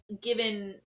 given